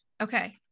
Okay